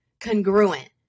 congruent